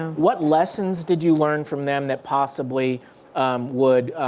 what lessons did you learn from them that possibly would